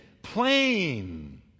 plain